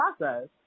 process